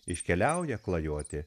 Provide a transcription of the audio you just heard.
iškeliauja klajoti